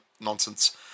nonsense